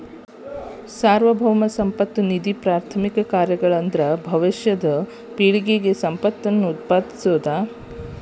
ಸಾರ್ವಭೌಮ ಸಂಪತ್ತ ನಿಧಿಯಪ್ರಾಥಮಿಕ ಕಾರ್ಯಗಳಂದ್ರ ಭವಿಷ್ಯದ ಪೇಳಿಗೆಗೆ ಸಂಪತ್ತನ್ನ ಉತ್ಪಾದಿಸೋದ